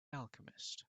alchemist